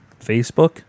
Facebook